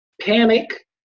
panic